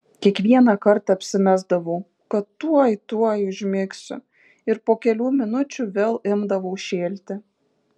kiekvieną kartą apsimesdavau kad tuoj tuoj užmigsiu ir po kelių minučių vėl imdavau šėlti